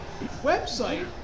website